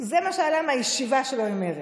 זה מה שעלה מהישיבה שלו עם מרצ.